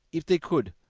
if they could,